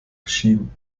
geschieden